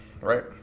right